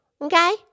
Okay